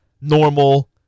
normal